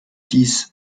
dies